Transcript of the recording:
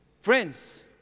Friends